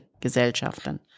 Gesellschaften